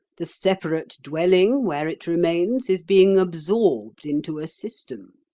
the separate dwelling, where it remains, is being absorbed into a system.